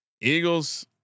Eagles